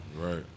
right